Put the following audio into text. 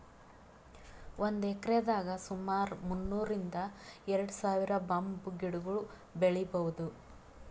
ಒಂದ್ ಎಕ್ರೆದಾಗ್ ಸುಮಾರ್ ಮುನ್ನೂರ್ರಿಂದ್ ಎರಡ ಸಾವಿರ್ ಬಂಬೂ ಗಿಡಗೊಳ್ ಬೆಳೀಭೌದು